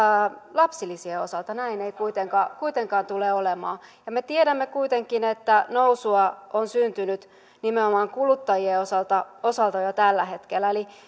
lapsilisien osalta näin ei kuitenkaan kuitenkaan tule olemaan ja me tiedämme kuitenkin että nousua on syntynyt nimenomaan kuluttajien osalta osalta jo tällä hetkellä eli